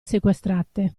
sequestrate